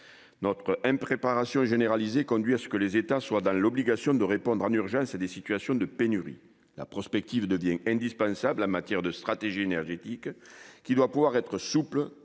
Notre impréparation généralisée conduit à ce que les États soient dans l'obligation de répondre en urgence à des situations de pénurie. La prospective devient indispensable en matière de stratégie énergétique, qui doit pouvoir être souple